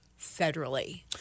federally